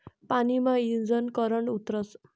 पानी मा ईजनं करंट उतरस